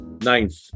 Ninth